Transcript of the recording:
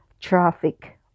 traffic